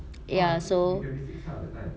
ya so